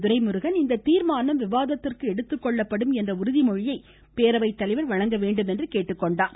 துரைமுருகன் இந்த தீர்மானம் விவாதத்திற்கு எடுத்துக்கொள்ளப்படும் என்ற உறுதிமொழியை பேரவை தலைவர் வழங்க வேண்டுமென்று கேட்டுக்கொண்டார்